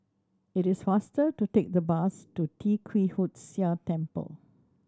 it is faster to take the bus to Tee Kwee Hood Sia Temple